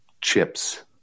chips